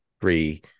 three